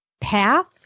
path